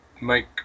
make